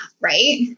right